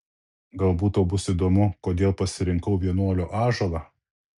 galbūt tau bus įdomu kodėl pasirinkau vienuolio ąžuolą